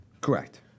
Correct